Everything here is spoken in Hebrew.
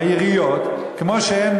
העיריות, כמו שאין